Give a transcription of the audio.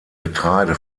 getreide